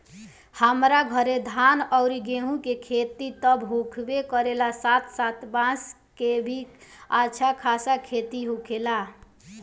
हमरा घरे धान अउरी गेंहू के खेती त होखबे करेला साथे साथे बांस के भी अच्छा खासा खेती होखेला